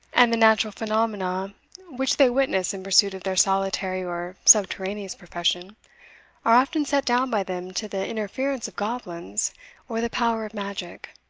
and the natural phenomena which they witness in pursuit of their solitary or subterraneous profession, are often set down by them to the interference of goblins or the power of magic.